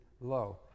low